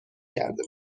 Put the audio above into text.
کرده